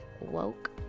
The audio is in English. Woke